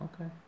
Okay